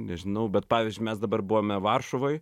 nežinau bet pavyzdžiui mes dabar buvome varšuvoj